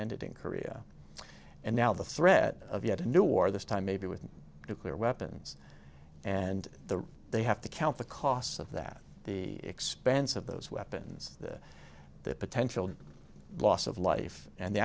ended in korea and now the threat of yet a new war this time maybe with nuclear weapons and the they have to count the costs of that the expense of those weapons the potential loss of life and the